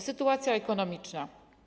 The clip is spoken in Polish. Sytuacja ekonomiczna.